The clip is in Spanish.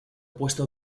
puesto